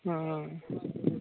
हँ